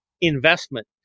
investment